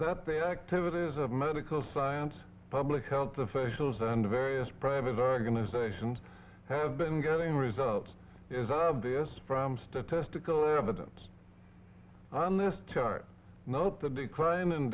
that the activities of medical science public health officials and various private organizations have been getting results is obvious from statistical evidence on this chart note the declin